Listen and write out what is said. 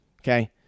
okay